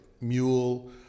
mule